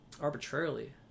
arbitrarily